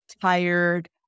tired